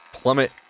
Plummet